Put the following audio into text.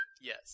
Yes